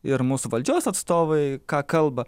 ir mūsų valdžios atstovai ką kalba